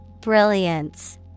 Brilliance